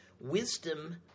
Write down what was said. wisdom